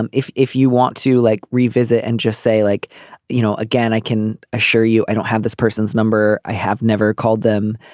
and if if you want to like revisit and just say like you know again i can assure you i don't have this person's number i have never called them.